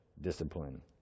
discipline